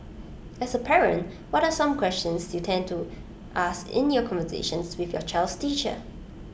as A parent what some questions you tend to ask in your conversations with your child's teacher